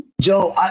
Joe